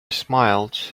smiled